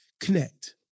connect